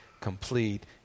complete